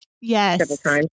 Yes